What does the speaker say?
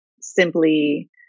simply